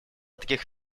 таких